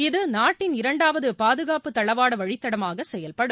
இது நாட்டின் இரண்டாவது பாதுகாப்பு தளவாட வழித்தடமாக செயல்படும்